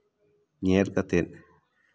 ᱧᱮᱞ ᱠᱟᱛᱮᱫ